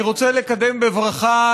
אתה שותף, אתה סולידרי עם המורכבות